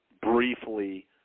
briefly